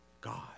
God